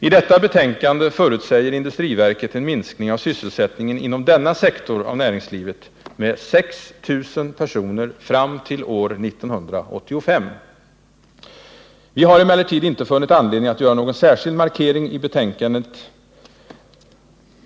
I detta betänkande förutsäger industriverket en minskning av sysselsättningen inom denna sektor av näringslivet med 6 000 personer fram till år 1985. Vi har emellertid inte funnit anledning att göra någon särskild markering i utskottsbetänkandet.